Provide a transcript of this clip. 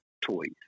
toys